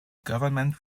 government